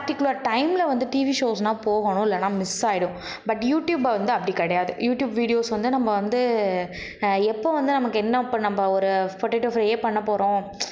particular டைமில் வந்து TV ஷோஸ்னால் போகணும் இல்லைனா மிஸ் ஆகிடும் பட் யூடியூப் வந்து அப்படி கிடையாது யூடியூப் வீடியோஸ் வந்து நம்ம வந்து எப்போ வந்து நமக்கு என்ன இப்போ நம்ப ஒரு ஃபொட்டெட்டோ ஃப்ரையே பண்ணப்போகிறோம்